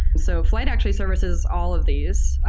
so flyte actually services all of these.